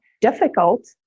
difficult